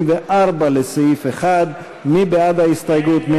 24 לסעיף 1. מי בעד ההסתייגות?